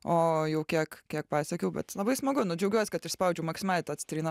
o jau kiek kiek pasiekiau bet labai smagu nu džiaugiuos kad išspaudžiau maksimaliai tą citriną